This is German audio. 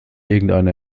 irgendeine